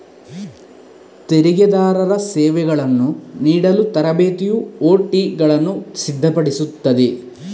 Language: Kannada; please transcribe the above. ತೆರಿಗೆದಾರರ ಸೇವೆಗಳನ್ನು ನೀಡಲು ತರಬೇತಿಯು ಒ.ಟಿಗಳನ್ನು ಸಿದ್ಧಪಡಿಸುತ್ತದೆ